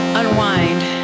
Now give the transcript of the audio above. unwind